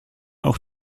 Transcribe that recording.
auch